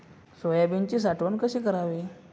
सोयाबीनची साठवण कशी करावी?